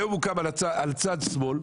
היום הוא קם על צד שמאל,